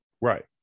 Right